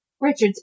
Richards